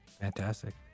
Fantastic